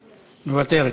מוותרת.